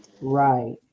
Right